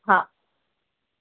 हा